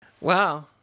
Wow